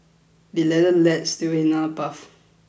the ladder leads to another path